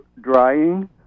drying